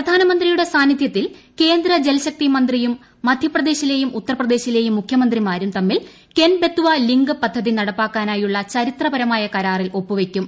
പ്രധാനമന്ത്രിയുട്ടെ സ്റ്റാന്നിധ്യത്തിൽ കേന്ദ്ര ജൽശക്തി മന്ത്രിയും മധ്യപ്രദ്ദേശീല്ലെയും ഉത്തർപ്രദേശിലെയും മുഖ്യമന്ത്രിമാരും ്തമ്മിൽ കെൻ ബെത്വ ലിങ്ക് പദ്ധതി നടപ്പാക്കാനായുള്ള ചരിത്ര്പ്ടരമായ കരാറിൽ ഒപ്പുവയ്ക്കും